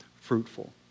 fruitful